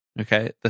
Okay